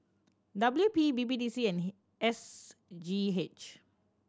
W P B B D C and S G H